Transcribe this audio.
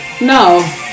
No